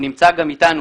הוא נמצא אתנו